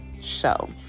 show